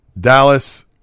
Dallas